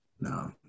No